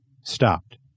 stopped